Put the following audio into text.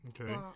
okay